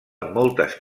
moltes